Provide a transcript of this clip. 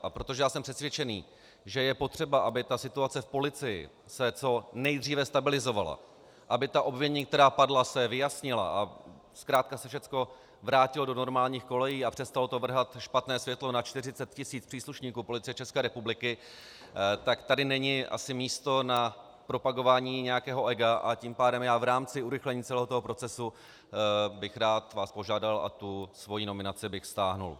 A protože jsem přesvědčený, že je potřeba, aby se situace v policii co nejdříve stabilizovala, aby se ta obvinění, která padla, vyjasnila a zkrátka se všechno vrátilo do normálních kolejí a přestalo to vrhat špatné světlo na čtyřicet tisíc příslušníků Policie České republiky, tak tady není asi místo na propagování nějakého ega, a tím pádem já v rámci urychlení celého toho procesu bych rád vás požádal a tu svoji nominaci bych stáhl.